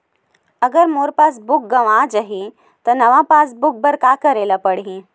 अगर मोर passbook गवां जाहि त नवा पास बुक बर का करे ल पड़हि?